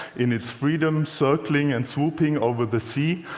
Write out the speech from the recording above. in its freedom, circling and swooping over the sea,